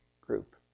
group